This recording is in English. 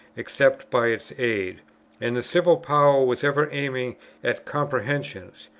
except by its aid and the civil power was ever aiming at comprehensions,